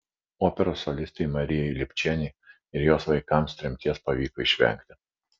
operos solistei marijai lipčienei ir jos vaikams tremties pavyko išvengti